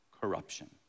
corruption